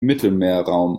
mittelmeerraum